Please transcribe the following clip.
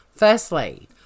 Firstly